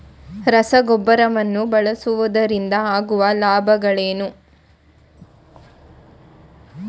ರಸಗೊಬ್ಬರವನ್ನು ಬಳಸುವುದರಿಂದ ಆಗುವ ಲಾಭಗಳೇನು?